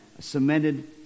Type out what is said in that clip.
cemented